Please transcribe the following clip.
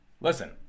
Listen